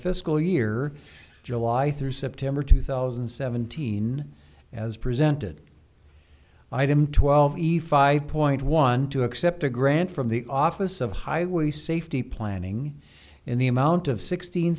fiscal year july through september two thousand and seventeen as presented item twelve point one two accept a grant from the office of highway safety planning in the amount of sixteen